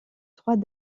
trois